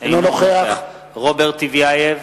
אינו נוכח רוברט טיבייב,